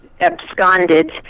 absconded